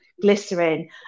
glycerin